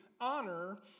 honor